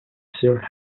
sir